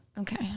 Okay